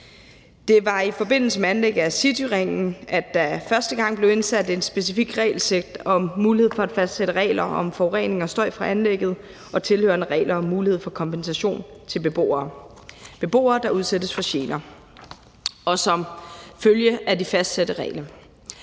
Det var i forbindelse med anlægget af Cityringen, at der første gang blev indsat et specifikt regelsæt om mulighed for at fastsætte regler om forurening og støj fra anlægget og tilhørende regler om mulighed for kompensation til beboere, der udsættes for gener som følge af de fastsatte regler.